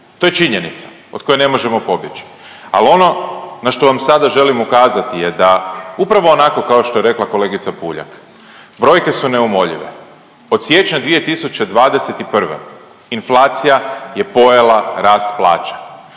To je činjenica od koje ne možemo pobjeći. Al ono na što vam sada želim ukazati je da upravo onako kao što je rekla kolegica Puljak. Brojke su neumovljive, od siječnja 2021., inflacija je pojela rast plaća.